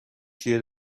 چیه